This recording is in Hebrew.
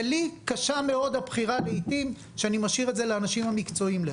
לי לעיתים קשה מאוד הבחירה ואני משאיר את ההחלטה לאנשים המקצועיים.